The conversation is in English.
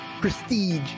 prestige